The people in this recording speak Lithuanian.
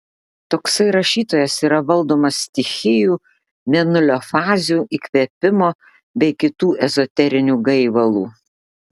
toksai rašytojas yra valdomas stichijų mėnulio fazių įkvėpimo bei kitų ezoterinių gaivalų